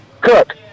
Cook